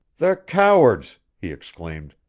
the cowards! he exclaimed.